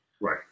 Right